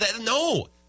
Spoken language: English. No